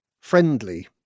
friendly